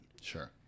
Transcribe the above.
Sure